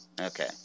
Okay